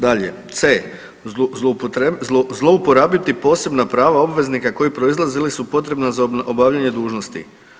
Dalje, c) Zlouporabiti posebna prava obveznika koja proizlaze ili su potrebna za obavljanje dužnosti.